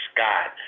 Scott